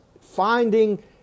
finding